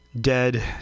dead